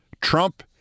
Trump